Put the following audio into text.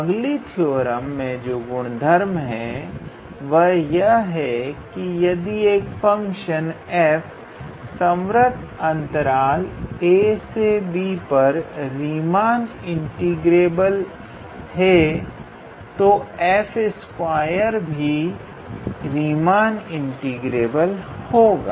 अगली थ्योरम में जो गुणधर्म है वह यह है कि यदि एक फंक्शन f संव्रत अंतराल ab पर रीमान इंटीग्रेबल है तो 𝑓2 भी रीमान इंटीग्रेबल होगा